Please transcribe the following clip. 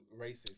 racist